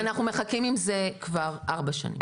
אנחנו מחכים עם זה כבר ארבע שנים.